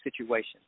situation